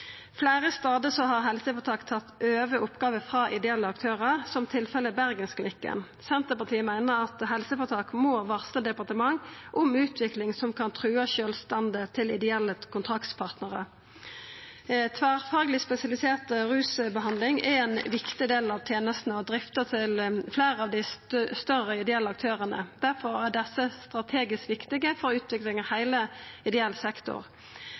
Fleire stader har helseføretak tatt over oppgåver frå ideelle aktørar, som tilfellet med Bergensklinikken. Senterpartiet meiner at helseføretaka må varsla departementet om utvikling som kan trua sjølvstendet til ideelle kontraktspartnarar. Tverrfagleg spesialisert rusbehandling er ein viktig del av tenesta og drifta til fleire av dei større ideelle aktørane. Difor er desse strategisk viktige for utviklinga av heile ideell sektor.